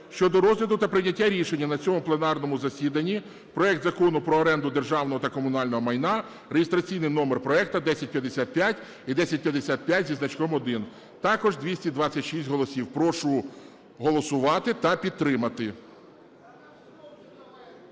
щодо розгляду та прийняття рішення на цьому пленарному засіданні проект Закону про оренду державного та комунального майна (реєстраційний номер проекту 1055 і 1055 зі значком 1), також 226 голосів. Прошу голосувати та підтримати.